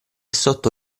sotto